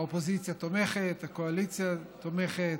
האופוזיציה תומכת, הקואליציה תומכת.